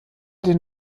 den